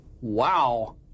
wow